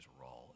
raw